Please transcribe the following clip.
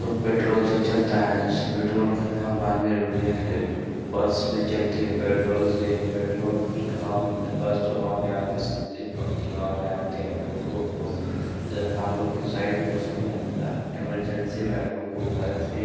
तो पेट्रोल से चलता है वैसे पेट्रोल का दाम बानवे रुपया है बस पर चलती है पेट्रोल से ही पेट्रोल गाम बस तो गाँव में आ नहीं सकती प गाँव में आते हैं टोटो ओटो त यहाँ हम लोग के साइड कुछ नहीं रहता एमर्जेंसी में हम लोग को घर से